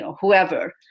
whoever